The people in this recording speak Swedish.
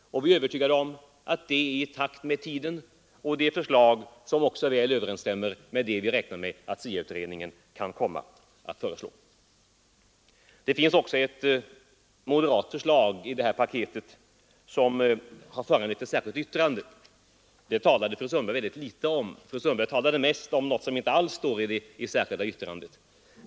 Vi är övertygade om att detta är i pakt med tiden, och det är ett förslag som också väl överensstämmer med vad vi räknar med att SIA-utredningen kan komma att föreslå. Det finns också ett moderat förslag i detta motionspaket som har föranlett ett särskilt yttrande. Det talade fru Sundberg ganska litet om. Fru Sundberg talade mest om något som inte alls står i det särskilda yttrandet.